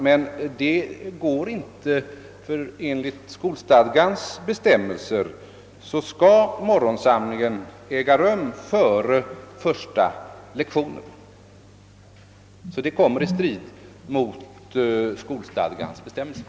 Detta går emellertid inte att genomföra, eftersom enligt skolstadgans bestämmelser morgonsamlingen skall äga rum före första lektionen. Förslaget kommer alltså att stå i strid mot skolstadgans bestämmelser.